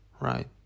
Right